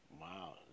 wow